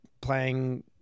playing